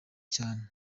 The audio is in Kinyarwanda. cyane